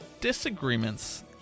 disagreements